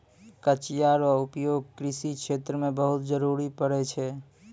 कचिया रो उपयोग कृषि क्षेत्र मे बहुत जरुरी पड़ै छै